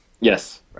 yes